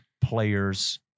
players